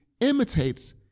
imitates